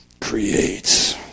Creates